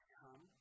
come